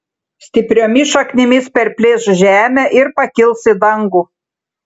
stipriomis šaknimis perplėš žemę ir pakils į dangų